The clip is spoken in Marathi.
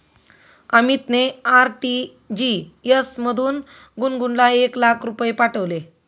अमितने आर.टी.जी.एस मधून गुणगुनला एक लाख रुपये पाठविले